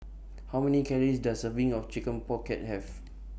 How Many Calories Does A Serving of Chicken Pocket Have